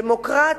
דמוקרטים,